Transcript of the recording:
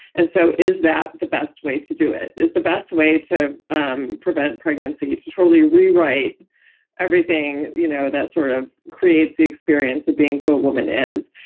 and so is that the best way to do it? is the best way to um prevent pregnancy to totally rewrite everything you know that sort of creates the experience of being who a woman is?